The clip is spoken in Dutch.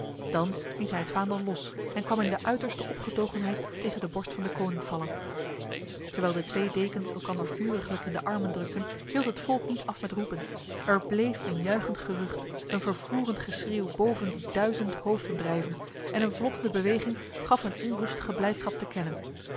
dan liet hij het vaandel los en kwam in de uiterste opgetogenheid tegen de borst van deconinck vallen terwijl de twee dekens elkander vuriglijk in de armen drukten hield het volk niet af met roepen er bleef een juichend gerucht een vervoerend geschreeuw boven die duizend hoofden drijven en een vlottende beweging gaf hun onrustige blijdschap te kennen